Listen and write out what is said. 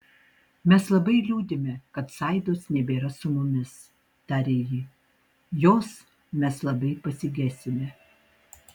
mes labai liūdime kad saidos nebėra su mumis tarė ji jos mes labai pasigesime